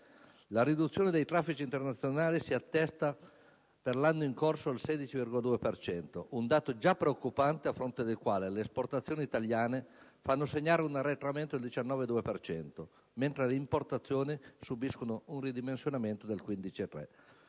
La riduzione dei traffici internazionali si attesta per l'anno in corso attorno al 16,2 per cento, un dato già preoccupante, a fronte del quale le esportazioni italiane fanno segnare un arretramento del 19,2 per cento, mentre le importazioni subiscono un ridimensionamento del 15,3